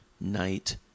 night